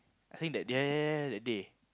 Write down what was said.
I think that day that day